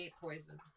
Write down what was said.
poison